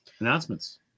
Announcements